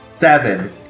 seven